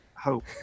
hope